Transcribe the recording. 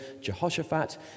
Jehoshaphat